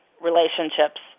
relationships